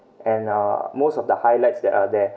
and uh most of the highlights that are there